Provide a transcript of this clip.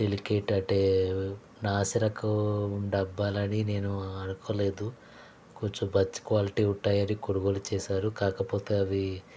delicate అంటే నాసిరకం డబ్బాలని నేను అనుకోలేదు కొంచెం మంచి క్వాలిటీ ఉంటాయని కొనుగోలు చేశాను కాకపోతే అవి